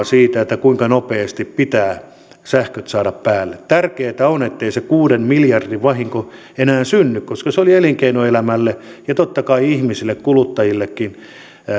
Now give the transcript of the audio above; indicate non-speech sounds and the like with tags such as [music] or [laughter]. [unintelligible] siitä kuinka nopeasti pitää sähköt saada päälle tärkeätä on ettei se kuuden miljardin vahinko enää synny koska se oli elinkeinoelämälle ja totta kai ihmisille kuluttajillekin